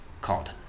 called